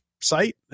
site